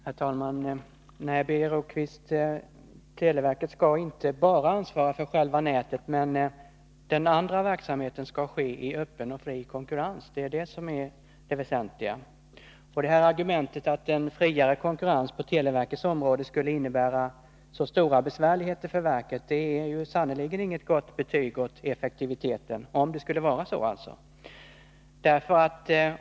Herr talman! Nej, Birger Rosqvist, televerket skall inte bara ansvara för själva telenätet. Men den andra verksamheten skall ske i öppen och fri konkurrens. Det är det som är det väsentliga. Argumentet att en friare konkurrens på televerkets område skulle innebära stora besvärligheter för verket är sannerligen inte — om det verkligen skulle vara så — något gott betyg åt effektiviteten.